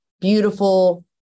Beautiful